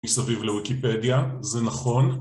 מסביב לוויקיפדיה, זה נכון